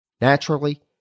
Naturally